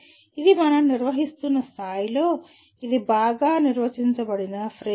ఇది మనం నిర్వహిస్తున్న స్థాయిలో ఇది బాగా నిర్వచించబడిన ఫ్రేమ్వర్క్